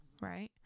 Right